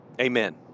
Amen